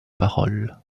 paroles